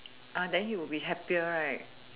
uh then you will be happier right